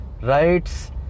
rights